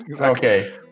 Okay